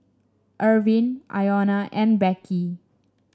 Irvine Iona and Becky